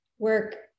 work